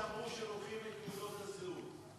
כשאמרו שלוקחים את תעודת הזהות,